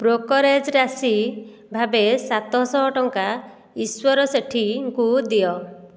brokerage ରାଶି ଭାବେ ସାତ ଶହ ଟଙ୍କା ଈଶ୍ୱର ସେଠୀଙ୍କୁ ଦିଅ